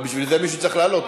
אבל בשביל זה מישהו צריך לעלות.